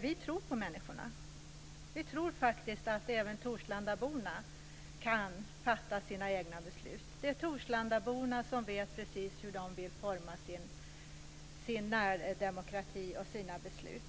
Vi tror på människorna. Vi tror faktiskt att även torslandaborna kan fatta sina egna beslut. Det är torslandaborna som vet precis hur de vill forma sin närdemokrati och sina beslut.